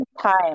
time